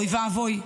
אוי ואבוי.